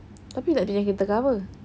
tapi tak pakai kereta ke apa